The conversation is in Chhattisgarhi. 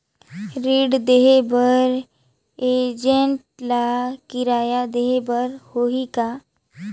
ऋण देहे बर एजेंट ला किराया देही बर होही का?